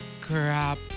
Crap